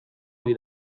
ohi